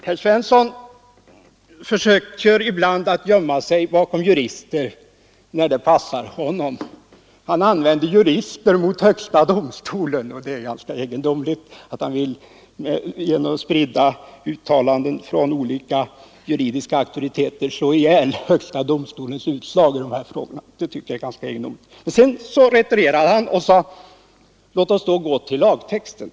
Herr Svensson försöker ibland när det passar honom gömma sig bakom jurister. Han använde här jurister mot högsta domstolen. Det egendomliga är att han genom spridda uttalanden från olika juridiska auktoriteter vill slå ihjäl högsta domstolens utslag i dessa frågor. Sedan retirerade han och sade: Låt oss då gå till lagtexten.